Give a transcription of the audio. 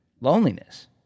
loneliness